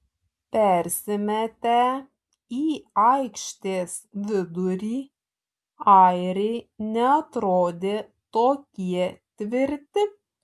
persimetę į aikštės vidurį airiai neatrodė tokie tvirti